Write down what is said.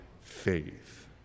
faith